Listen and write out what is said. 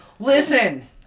Listen